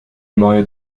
marié